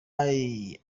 ari